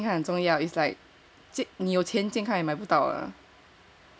yeah 健康很重要 it's like 你有钱健康也买不到了